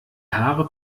haare